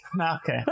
Okay